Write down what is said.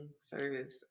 service